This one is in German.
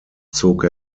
zog